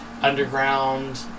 underground